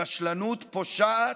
רשלנות פושעת,